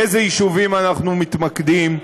באילו יישובים אנחנו מתמקדים,